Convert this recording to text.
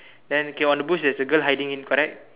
then okay on the bush theres a girl hiding in correct